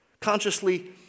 Consciously